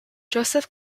joseph